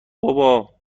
بابا